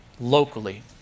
locally